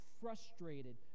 Frustrated